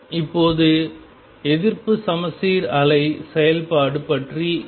இப்போது எதிர்ப்பு சமச்சீர் அலை செயல்பாடு பற்றி எப்படி